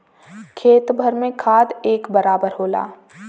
खेत भर में खाद एक बराबर होला